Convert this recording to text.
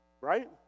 right